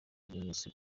bimenyetso